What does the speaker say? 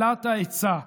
הגדלת ההיצע.